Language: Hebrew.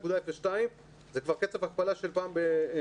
R1.02 זה כבר קצב הכפלה של פעם ב-20 יום.